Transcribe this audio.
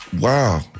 wow